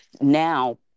Now